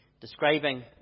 describing